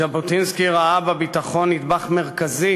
ז'בוטינסקי ראה בביטחון נדבך מרכזי